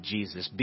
Jesus